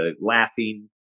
laughing